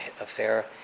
affair